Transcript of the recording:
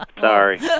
Sorry